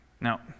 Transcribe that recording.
Now